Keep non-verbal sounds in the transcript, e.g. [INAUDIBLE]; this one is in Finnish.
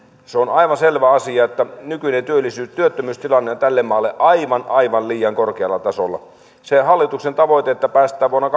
se on on aivan selvä asia että nykyinen työttömyystilanne on tälle maalle aivan aivan liian korkealla tasolla se hallituksen tavoite että päästään vuonna [UNINTELLIGIBLE]